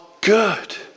good